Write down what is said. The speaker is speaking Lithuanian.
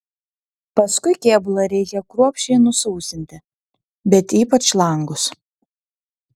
paskui kėbulą reikia kruopščiai nusausinti bet ypač langus